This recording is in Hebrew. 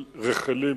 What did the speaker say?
של רחלים,